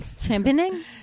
championing